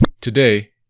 Today